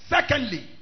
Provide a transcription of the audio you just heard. Secondly